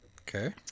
Okay